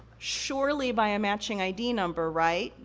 surely by a matching id number, right?